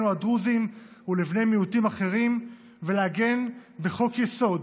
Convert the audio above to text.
הדרוזים ולבני מיעוטים אחרים ולעגן בחוק-יסוד